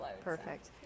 Perfect